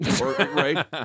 right